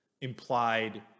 implied